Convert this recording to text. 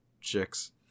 chicks